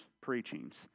preachings